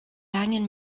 angen